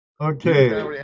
Okay